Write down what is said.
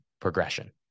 progression